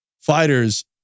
fighters